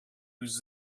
was